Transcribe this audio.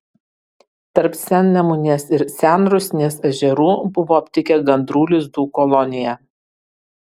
tarp sennemunės ir senrusnės ežerų buvo aptikę gandrų lizdų koloniją